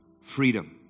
freedom